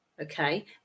okay